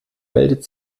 meldet